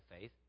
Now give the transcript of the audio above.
faith